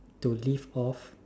to live off